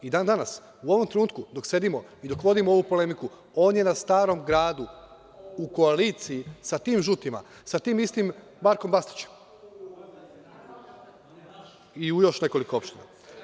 I dan-danas, u ovom trenutku, dok sedimo i dok vodimo ovu polemiku, on je na Starom gradu u koaliciji sa tim žutima, sa tim istim Markom Bastaćem, i u još nekoliko opština.